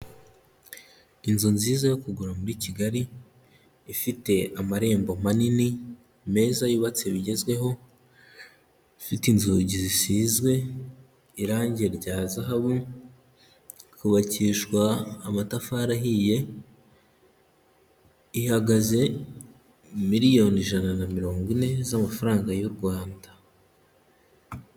Inzu nziza yo kugura muri Kigali, ifite amarembo manini meza yubatse bigezweho, ifite inzugi zisizwe irangi rya zahabu, hubakishwa amatafari ahiye, ihagaze miliyoni ijana na mirongo ine z'amafaranga y'u Rwanda.